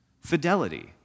fidelity